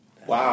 Wow